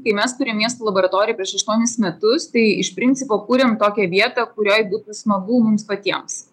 tai mes kūrėm miesto laboratoriją prieš aštuonis metus tai iš principo kūrėm tokią vietą kurioj būtų smagu mums patiems